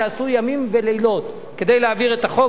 שעשו ימים ולילות כדי להעביר את החוק.